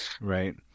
right